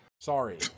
Sorry